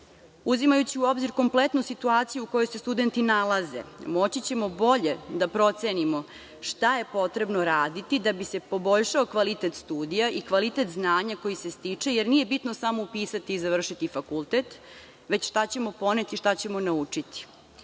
celini. Uzimajući u obzir kompletnu situaciju u kojoj se studenti nalazi, moći ćemo bolje da procenimo šta je potrebno raditi da bi se poboljšao kvalitet studija i kvalitet znanja koje se stiče, jer nije bitno samo upisati i završiti fakultet, već šta ćemo poneti i šta ćemo naučiti.